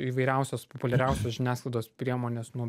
įvairiausios populiariausios žiniasklaidos priemonės nuo